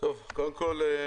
קודם כול,